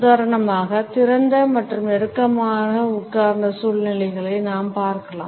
உதாரணமாக திறந்த மற்றும் நெருக்கமான உட்கார்ந்த சூழ்நிலைகளை நாம் பார்க்கலாம்